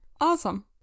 Awesome